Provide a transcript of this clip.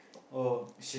oh